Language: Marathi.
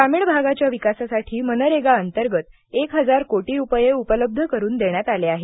ग्रामीण भागाच्या विकासासाठी मनरेगा अंतर्गत एक हजार कोटी रुपये उपलब्ध करून देण्यात आले आहेत